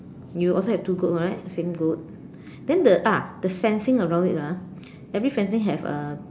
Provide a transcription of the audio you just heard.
you also have two goat right same goat then the ah the fencing around it ah every fencing have a